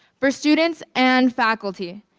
for students and faculty.